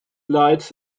lights